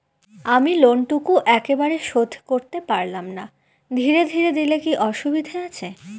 আমি লোনটুকু একবারে শোধ করতে পেলাম না ধীরে ধীরে দিলে কি অসুবিধে আছে?